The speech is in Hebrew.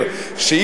ולהבא.